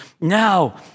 Now